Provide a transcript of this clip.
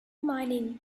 mining